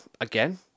again